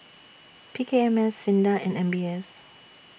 P K M S SINDA and M B S